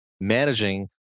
managing